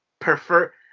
prefer